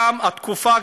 גם התקופה,